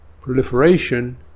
proliferation